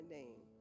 name